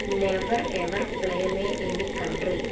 never ever play may any country